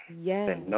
Yes